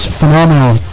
phenomenal